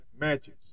matches